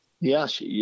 Yes